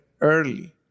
early